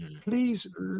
please